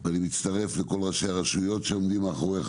ומצטרך לכל ראשי הרשויות שעומדים מאחוריך